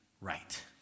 right